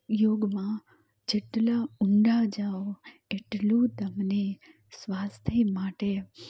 યોગમાં જેટલા ઊંડા જાઓ એટલું તમને સ્વાસ્થ્ય માટે